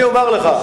אני אומר לך,